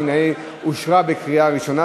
התשע"ה 2014,